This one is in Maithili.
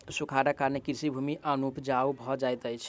सूखाड़क कारणेँ कृषि भूमि अनुपजाऊ भ जाइत अछि